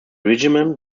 regiment